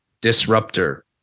disruptor